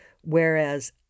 Whereas